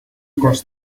across